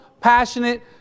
Passionate